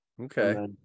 Okay